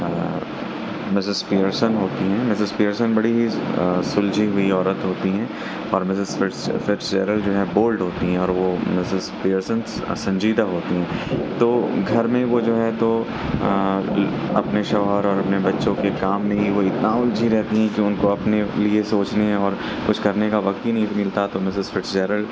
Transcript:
اور Mrs Pearson ہوتی ہیں مسز پیئرسن بڑی ہی سلجھی ہوئی عورت ہوتی ہیں اور مسز فیڈ فیڈچیرل جو ہیں بولڈ ہوتی ہیں اور وہ مسز پیئرسن سجنیدہ ہوتی ہیں تو گھر میں وہ جو ہے تو اپنے شوہر اور اپنے بچوں کے کام نہیں ہوئی اتنا الجھی رہتی ہیں کہ ان کو اپنی لیے سوچنے اور کچھ کرنے کا وقت ہی نہیں ملتا تو مسز فیڈچیرل